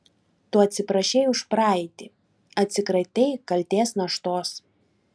tu atsiprašei už praeitį atsikratei kaltės naštos